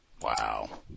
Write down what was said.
Wow